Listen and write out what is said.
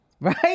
right